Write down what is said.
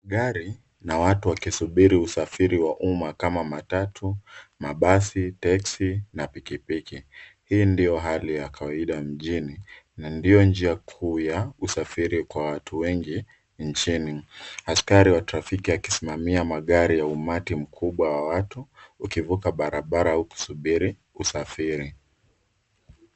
Gari na watu wakisubiri usafiri wa umma kama matatu, mabasi, teksi na pikipiki. Hii ndio hali ya kawaida mjini na ndio njia kuu ya usafiri kwa watu wengi nchini. Askari wa trafiki akisimamia magari ya umati mkubwa wa watu ukivuka barabara ukisubiri usafiri.